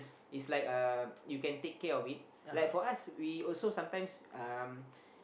is like um you can take care of it like for us we also sometimes um